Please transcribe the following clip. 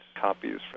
copies